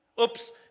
Oops